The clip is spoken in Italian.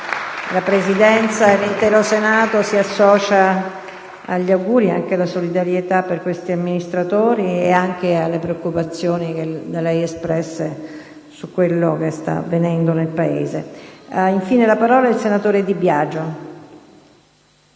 La Presidenza e l'intero Senato si associano agli auguri ed alla solidarietà per questi amministratori, nonché alle preoccupazioni da lei espresse su quello che sta avvenendo nel Paese. **Sul 20° anniversario